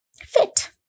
fit